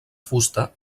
fusta